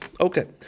Okay